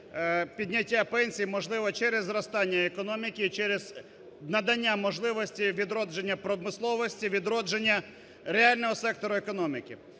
підняття пенсій можливо через зростання економіки, через надання можливості відродження промисловості, відродження реального сектору економіки.